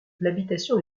l’habitation